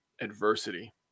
adversity